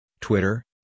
Twitter